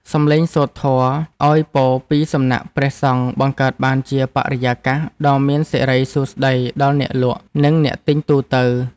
សម្លេងសូត្រធម៌ឱ្យពរពីសំណាក់ព្រះសង្ឃបង្កើតបានជាបរិយាកាសដ៏មានសិរីសួស្ដីដល់អ្នកលក់ និងអ្នកទិញទូទៅ។